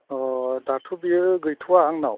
अ दाथ' बेयो गैथ'वा आंनाव